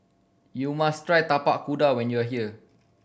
you must try Tapak Kuda when you are here